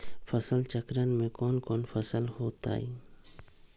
फसल चक्रण में कौन कौन फसल हो ताई?